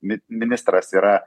mi ministras yra